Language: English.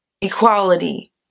equality